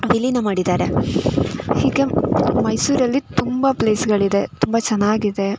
ವಿಲೀನ ಮಾಡಿದ್ದಾರೆ ಹೀಗೆ ಮೈಸೂರಲ್ಲಿ ತುಂಬ ಪ್ಲೇಸ್ಗಳಿದೆ ತುಂಬ ಚೆನ್ನಾಗಿದೆ